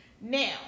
Now